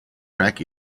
track